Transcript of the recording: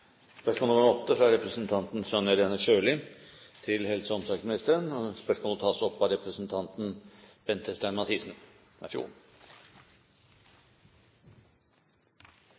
representanten Sonja Irene Sjøli til helse- og omsorgsministeren, vil bli tatt opp av representanten Bente Stein Mathisen.